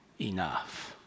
enough